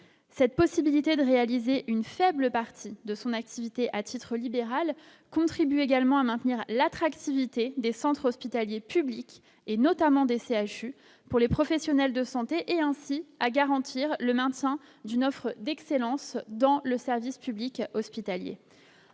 cette possibilité de réaliser une faible partie de son activité à titre libéral contribue également à maintenir l'attractivité des centres hospitaliers publics et notamment des CHU pour les professionnels de santé et ainsi à garantir le maintien d'une offre d'excellence dans le service public hospitalier,